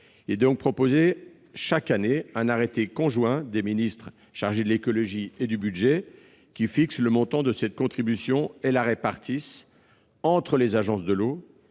Il est proposé que, chaque année, un arrêté conjoint des ministres chargés de l'écologie et du budget fixe le montant de cette contribution et la répartisse entre les agences de l'eau